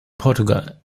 portugal